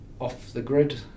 off-the-grid